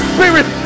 Spirit